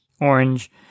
orange